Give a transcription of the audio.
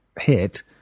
hit